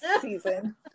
season